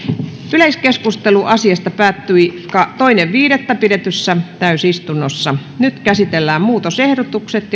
yleiskeskustelu asiasta päättyi toinen viidettä kaksituhattakahdeksantoista pidetyssä täysistunnossa nyt käsitellään muutosehdotukset